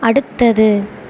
அடுத்தது